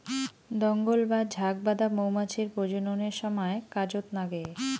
দঙ্গল বা ঝাঁক বাঁধা মৌমাছির প্রজননের সমায় কাজত নাগে